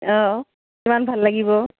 অঁ কিমান ভাল লাগিব